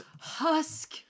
Husk